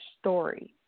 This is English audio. story